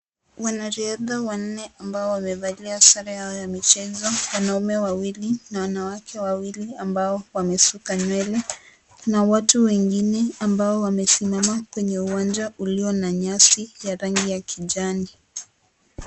Wanariadha wanne ambao wamevalia sare yao ya michezo, wanaume wawili na wanawake wawili ambao wamesuka nywele. Kuna watu wengine ambao wamesimama kwenye uwanja ulio na nyasi ya rangi ya kijani.